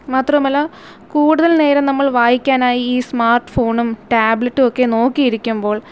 മാത്രവുമല്ല കൂടുതൽ നേരം നമ്മൾ വായിക്കാനായി ഈ സ്മാർട്ട് ഫോണും ടാബ്ലെറ്റുമൊക്കെ നോക്കി ഇരിക്കുമ്പോൾ